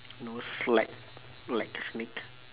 nose like like a snake